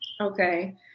okay